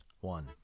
one